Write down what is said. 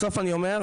בסוף אני אומר,